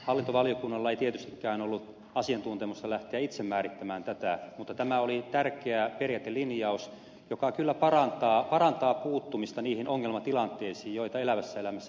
hallintovaliokunnalla ei tietystikään ollut asiantuntemusta lähteä itse määrittämään tätä mutta tämä oli tärkeä periaatelinjaus joka kyllä parantaa puuttumista niihin ongelmatilanteisiin joita elävässä elämässä esiintyy